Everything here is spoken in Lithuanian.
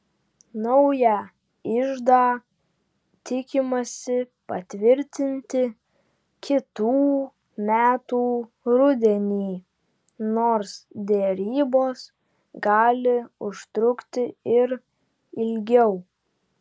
naują iždą tikimasi patvirtinti kitų metų rudenį nors derybos gali užtrukti ir ilgiau